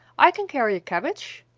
i can carry a cabbage.